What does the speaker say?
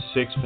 Six